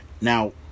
Now